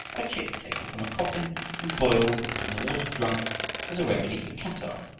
a chip taken from a coffin and boiled and the water drunk was a remedy for catarrh,